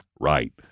right